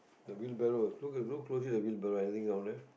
the wheelbarrow look closer the wheelbarrow anything down there